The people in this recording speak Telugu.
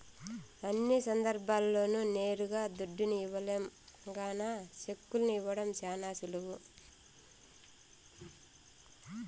అన్ని సందర్భాల్ల్లోనూ నేరుగా దుడ్డుని ఇవ్వలేం గాన సెక్కుల్ని ఇవ్వడం శానా సులువు